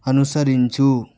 అనుసరించు